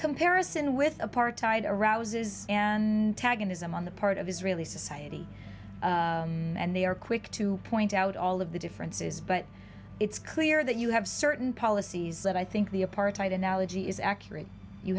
comparison with apartheid arouses and tag an ism on the part of israeli society and they are quick to point out all of the differences but it's clear that you have certain policies that i think the apartheid analogy is accurate you